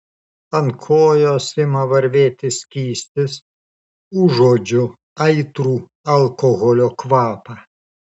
ant kojos ima varvėti skystis užuodžiu aitrų alkoholio kvapą